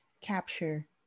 capture